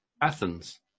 Athens